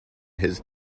his